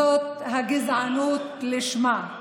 זאת הגזענות לשמה.